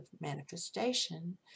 manifestation